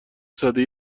ساده